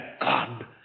God